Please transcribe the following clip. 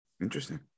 Interesting